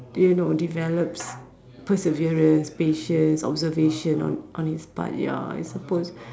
you know develops perseverance patience observation on on his part ya I supposed